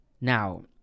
Now